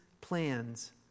plans